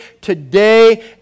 today